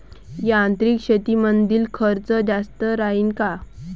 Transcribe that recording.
यांत्रिक शेतीमंदील खर्च जास्त राहीन का?